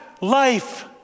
life